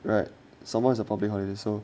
right somemore is a public holiday so